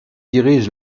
dirige